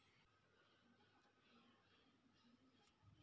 బంతిపూలు ఏ నెలలో ధర ఎక్కువగా ఉంటుంది?